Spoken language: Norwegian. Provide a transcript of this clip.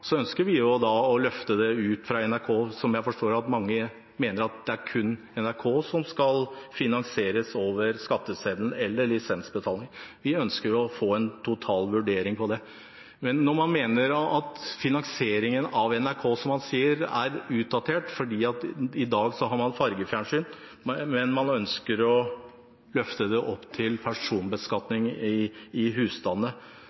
ønsker vi å løfte det ut fra NRK, da jeg forstår at mange mener at det er kun NRK som skal finansieres over skatteseddelen eller lisensbetaling. Vi ønsker å få en total vurdering av det. Når man mener at finansieringen av NRK er utdatert, som man sier, fordi man i dag har fargefjernsyn, og ønsker å løfte det opp til